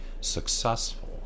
successful